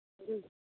हँ